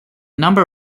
number